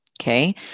Okay